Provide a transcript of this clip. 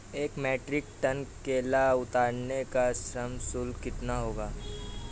एक metric ton केला उतारने का श्रम शुल्क कितना होगा?